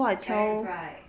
it's very bright